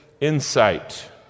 insight